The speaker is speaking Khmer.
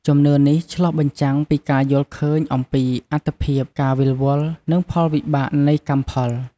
ជំនឿនេះឆ្លុះបញ្ចាំងពីការយល់ឃើញអំពីអត្ថិភាព ការវិលវល់ និងផលវិបាកនៃកម្មផល។